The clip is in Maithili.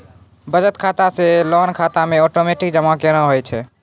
बचत खाता से लोन खाता मे ओटोमेटिक जमा केना होय छै?